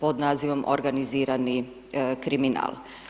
pod nazivom organizirani kriminal.